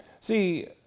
See